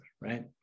right